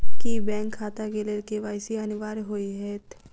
की bank खाता केँ लेल के.वाई.सी अनिवार्य होइ हएत?